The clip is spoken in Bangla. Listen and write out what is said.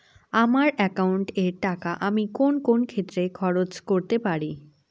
আমার একাউন্ট এর টাকা আমি কোন কোন ক্ষেত্রে খরচ করতে পারি?